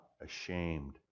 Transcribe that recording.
ashamed